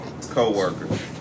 Co-workers